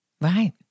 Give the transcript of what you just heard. Right